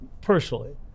personally